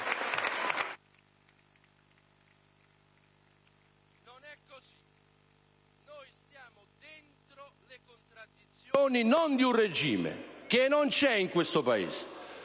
Non è così: stiamo dentro contraddizioni, ma non di un regime, che non c'è in questo Paese,